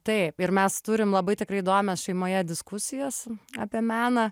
taip ir mes turim labai tikrai įdomias šeimoje diskusijas apie meną